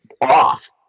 off